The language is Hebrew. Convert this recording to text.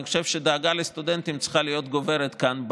אני חושב שדאגה לסטודנטים צריכה להיות גוברת כאן,